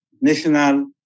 National